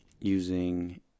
using